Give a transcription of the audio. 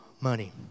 money